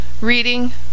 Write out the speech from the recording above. Reading